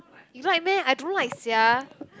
you like meh I don't like sia